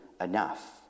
enough